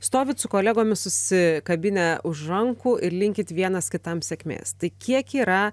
stovit su kolegomis susikabinę už rankų ir linkit vienas kitam sėkmės tai kiek yra